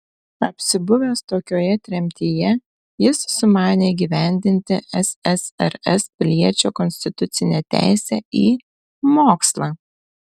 apsibuvęs tokioje tremtyje jis sumanė įgyvendinti ssrs piliečio konstitucinę teisę į mokslą